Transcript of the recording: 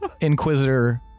Inquisitor